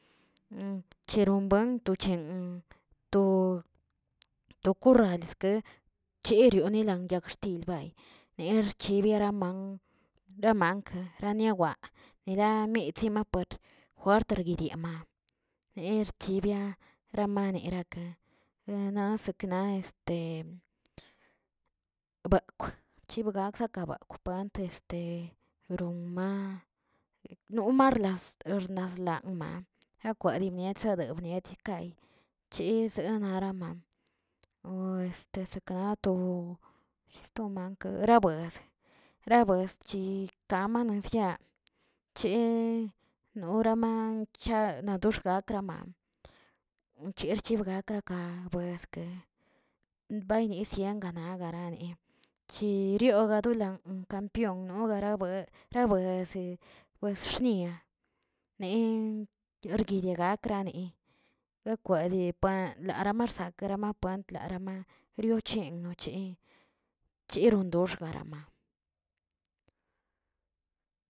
cherumbuen tochen to- to korralske cherio yagxtil bay ner cheriari man ramakeə raniwaa nila mitsi mapark jjuert jiriama, ner chivia ramanerakə nan sekna bekwk chibganza ka bekw desde ronma normalas lasnarma niakwadi bnietsadi bniedi ka, ches niaraman o este saknato nasto mak rabuesə rabuesə chikamaniasya che norama cha naodxkrakaman cherchigrakbka bueske baynisian garan ganariki chirio gadula kampion nogarabue rabuesi bues sxnia ne' norguidiari gakra lekweli pan lara marsak narapantl, narama rio chen nochen cherondox garama.